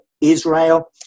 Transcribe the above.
Israel